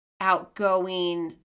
outgoing